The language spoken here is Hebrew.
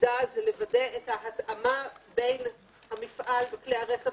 תפקידה לוודא את ההתאמה בין המפעל וכלי הרכב